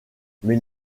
mais